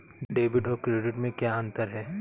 Debit और credit में क्या अंतर है?